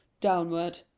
downward